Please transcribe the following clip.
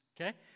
Okay